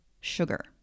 sugar